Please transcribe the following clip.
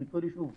וכל יישוב,